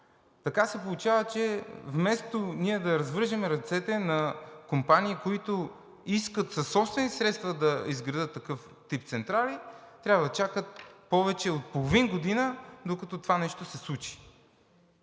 Така се получава, че вместо ние да развържем ръцете на компании, които искат със собствени средства да изградят такъв тип централи, трябва да чакат повече от половин година, докато това нещо се случи.